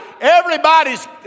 Everybody's